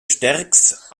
sterckx